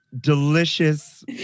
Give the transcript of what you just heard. delicious